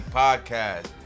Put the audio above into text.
podcast